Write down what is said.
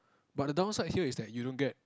but the downside here is that you don't get